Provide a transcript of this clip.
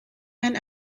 and